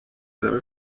earl